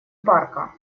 парка